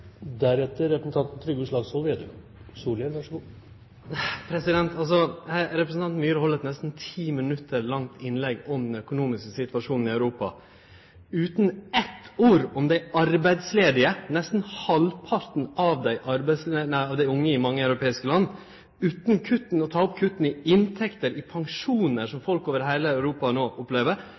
Representanten Myhre held eit nesten ti minutt langt innlegg om den økonomiske situasjonen i Europa utan å seie eitt ord om dei arbeidsledige, nesten halvparten av dei unge i mange europeiske land, utan å ta opp kutta i inntekter og pensjonar som folk over heile Europa no opplever,